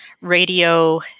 radio